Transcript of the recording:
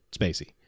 Spacey